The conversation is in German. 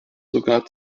sogar